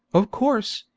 of course,